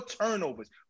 turnovers